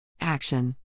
Action